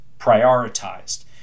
prioritized